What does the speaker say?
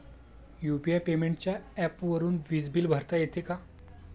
UPI पेमेंटच्या ऍपवरुन वीज बिल भरता येते का?